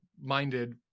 minded